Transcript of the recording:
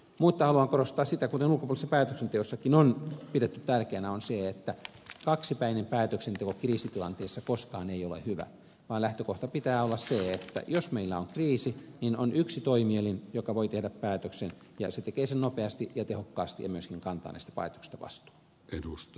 mutta haluan korostaa sitä kuten ulkopoliittisessa päätöksenteossakin on pidetty tärkeänä että kaksipäinen päätöksenteko ei ole kriisitilanteessa koskaan hyvä vaan lähtökohdan pitää olla se että jos meillä on kriisi niin on yksi toimi elin joka voi tehdä päätöksen ja se tekee sen nopeasti ja tehokkaasti ja myöskin kantaa näistä päätöksistä vastuun